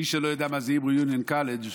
מי שלא יודעים מה זה היברו יוניון קולג',